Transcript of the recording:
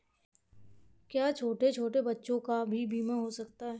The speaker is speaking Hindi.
क्या छोटे छोटे बच्चों का भी बीमा हो सकता है?